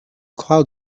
cloud